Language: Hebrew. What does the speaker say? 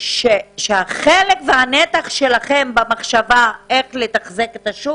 שהחלק והנתח שלכם במחשבה איך לתחזק את השוק